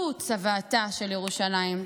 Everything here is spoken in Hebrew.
הן צוואתה של ירושלים.